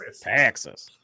Texas